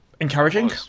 Encouraging